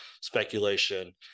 speculation